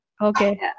Okay